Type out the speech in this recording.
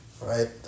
Right